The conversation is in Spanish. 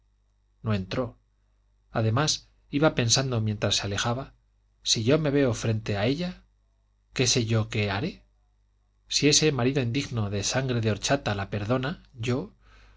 no entró además iba pensando mientras se alejaba si yo me veo frente a ella qué sé yo lo que haré si ese marido indigno de sangre de horchata la perdona yo